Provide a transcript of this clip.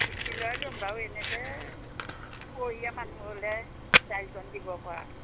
ইষ্টিলৰে ল'ম বাৰু এনেকৈ সৰহীয়া মানুহ হ'লে দাইলকণ দিব পৰা